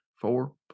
four